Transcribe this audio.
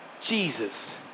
Jesus